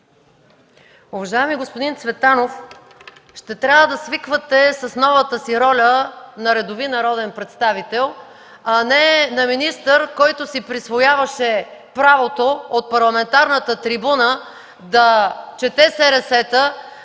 Уважаеми господин Цветанов, ще трябва да свиквате с новата си роля на редови народен представител, а не на министър, който си присвояваше правото от парламентарната трибуна да чете СРС-та,